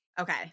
Okay